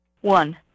One